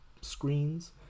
screens